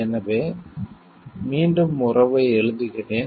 எனவே மீண்டும் உறவை எழுதுகிறேன்